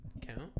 count